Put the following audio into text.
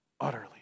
utterly